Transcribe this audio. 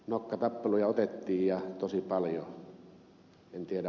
nokkatappeluja käytiin ja tosi paljon